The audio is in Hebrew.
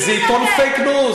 זה עיתון פייק ניוז,